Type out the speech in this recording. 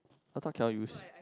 I thought cannot use